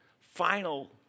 final